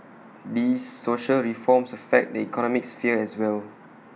these social reforms affect the economic sphere as well